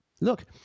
Look